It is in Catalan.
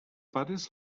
pares